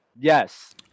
Yes